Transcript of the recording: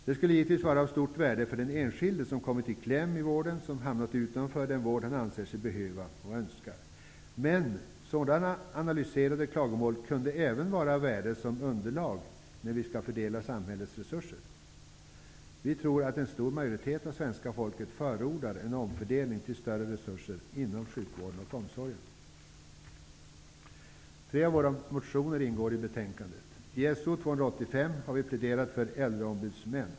Det skulle givetvis vara av stort värde för den enskilde som kommit i kläm i vården och som har hamnat utanför den vård han anser sig behöva och önskar. Men sådana analyserade klagomål kunde även vara av värde som underlag när vi skall fördela samhällets resurser. Vi tror att en stor majoritet av svenska folket förordar en omfördelning till större resurser inom sjukvården och omsorgen. Tre av våra motioner behandlas i betänkandet. I So285 har vi pläderat för regionala äldreombudsmän.